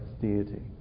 deity